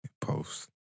post